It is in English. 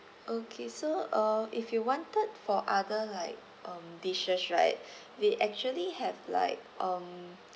okay so uh if you wanted for other like um dishes right we actually have like um